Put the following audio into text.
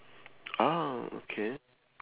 ah okay